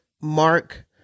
Mark